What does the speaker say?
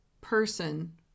person